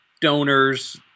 donors